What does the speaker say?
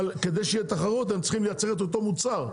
כדי שיהיה תחרות הם צריכים לייצר את אותו מוצר,